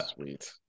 Sweet